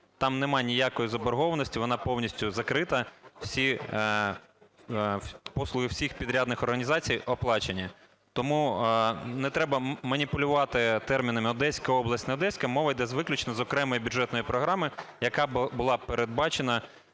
Там нема ніякої заборгованості. Вона повністю закрита. Всі послуги всіх підрядних організацій оплачені. Тому не треба маніпулювати терміном Одеська область, не Одеська. Мова йде виключно з окремої бюджетної програми, яка була передбачена